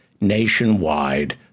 nationwide